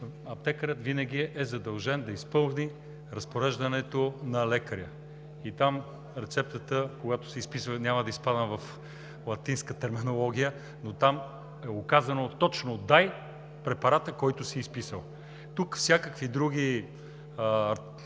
аптекарят винаги е задължен да изпълни разпореждането на лекаря. Когато се изписва рецептата – няма да изпадам в латинска терминология, но там е указано точно: дай препарата, който е изписан! Тук всякакви други